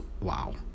Wow